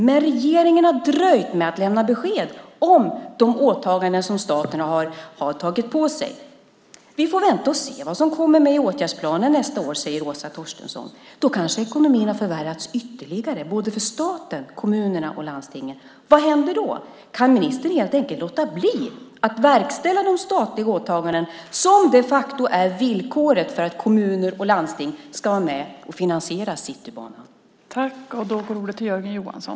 Men regeringen har dröjt med att lämna besked om de åtaganden som staten har tagit på sig. Vi får vänta och se vad som kommer med i åtgärdsplanen nästa år, säger Åsa Torstensson. Då kanske ekonomin har förvärrats ytterligare för staten, kommunerna och landstingen. Vad händer då? Kan ministern helt enkelt låta bli att verkställa de statliga åtaganden som de facto är villkoret för att kommuner och landsting ska vara med och finansiera Citybanan?